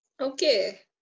Okay